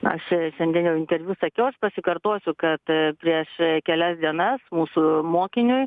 na aš šiandien jau interviu sakiau aš pasikartosiu kad prieš kelias dienas mūsų mokiniui